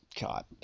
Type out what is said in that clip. god